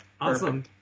Awesome